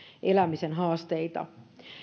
elämisen haasteita